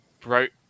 broke